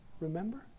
Remember